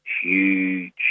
huge